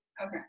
Okay